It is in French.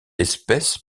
espèce